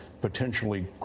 potentially